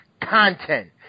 content